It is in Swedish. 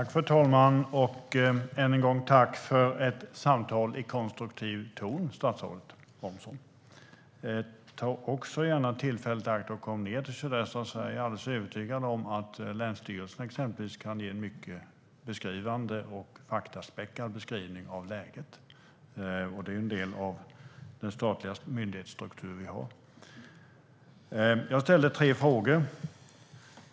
Fru talman! Än en gång tack för ett samtal i konstruktiv ton, statsrådet Romson! Ta också gärna tillfället i akt och kom ned till sydöstra Sverige - jag är alldeles övertygad om att exempelvis länsstyrelsen kan ge en mycket faktaspäckad beskrivning av läget, och det är ju en del av vår statliga myndighetsstruktur. Jag ställde tre frågor.